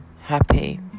happy